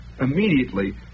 immediately